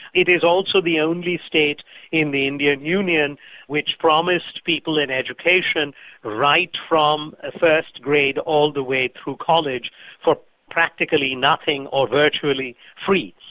it is also the only state in the indian union which promised people an education right from first grade all the way through college for practically nothing, or virtually free.